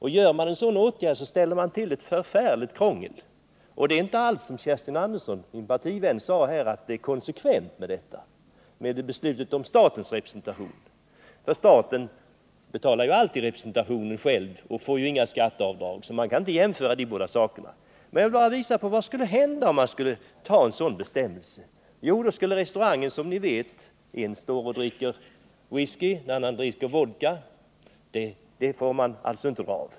Vidtar man en sådan åtgärd, så ställer man till ett förfärligt krångel. Det är inte alls så, som Kerstin Andersson i Hjärtum, min partivän, sade här, att denna åtgärd är i konsekvens med beslutet om statens representation. Staten betalar ju alltid representantionen själv och får inga skatteavdrag, så man kan inte jämföra dessa båda saker. Jag vill bara visa på vad som skulle hända om man skulle införa en sådan bestämmelse. På restaurangen är det en person som står och dricker whisky och en annan som dricker vodka — det får man alltså inte dra av.